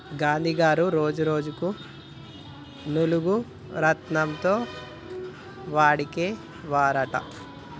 గాంధీ గారు రోజు నూలును రాట్నం తో వడికే వారు అంట